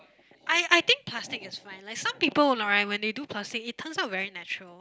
I I think plastic is fine like some people right they do plastic it turns out very natural